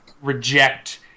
reject